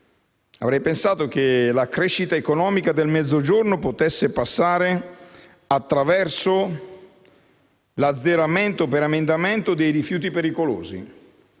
avrei pensato che la crescita economica del Mezzogiorno potesse passare per l'azzeramento, attraverso un emendamento, dei rifiuti pericolosi.